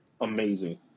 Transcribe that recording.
amazing